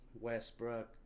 Westbrook